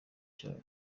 cyawe